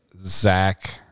Zach